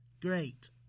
great